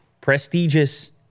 prestigious